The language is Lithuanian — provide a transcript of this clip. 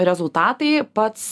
rezultatai pats